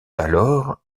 alors